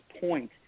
point